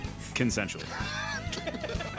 Consensually